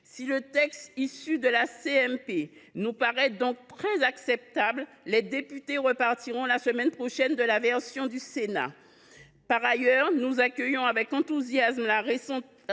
Si le texte de la CMP nous paraît très acceptable, les députés repartiront néanmoins la semaine prochaine de la version du Sénat. Par ailleurs, nous accueillons avec enthousiasme la récente